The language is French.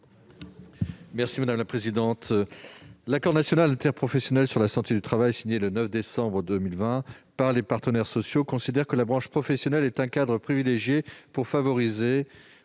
M. Joël Guerriau. L'accord national interprofessionnel sur la santé au travail, signé le 9 décembre 2020 par les partenaires sociaux, considère que la branche professionnelle est un cadre privilégié pour formaliser